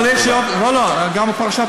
לא לא, גם פרשת